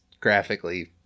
graphically